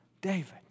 David